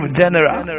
general